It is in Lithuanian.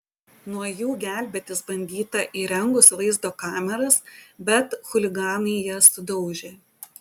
nuo jų gelbėtis bandyta įrengus vaizdo kameras bet chuliganai jas sudaužė